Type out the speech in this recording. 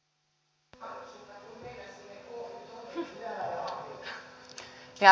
arvoisa puhemies